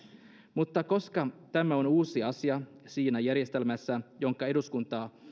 mutta koska tämä on uusi asia siinä järjestelmässä jonka eduskunta